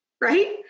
Right